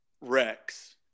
Rex